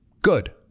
Good